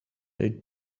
they